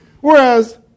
Whereas